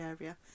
area